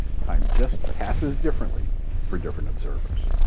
time just passes differently for different observers.